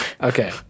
Okay